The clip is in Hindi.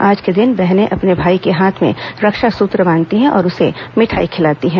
आज के दिन बहन अपने भाई के हाथ में रक्षासूत्र बांधती है और उसे मिठाई खिलाती है